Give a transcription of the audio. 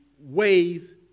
ways